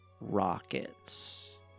rockets